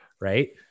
Right